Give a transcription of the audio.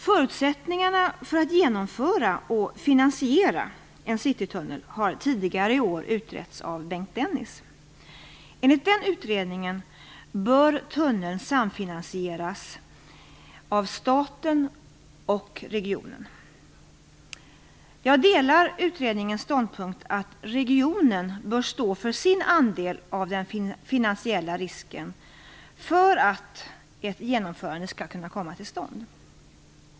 Förutsättningarna för att genomföra och finansiera en citytunnel har tidigare i år utretts av Bengt Dennis. Enligt utredningen bör tunneln samfinansieras av staten och regionen. Jag delar utredningens ståndpunkt att regionen bör stå för sin andel av den finansiella risken för att ett genomförande skall kunna komma till stånd.